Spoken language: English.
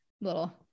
little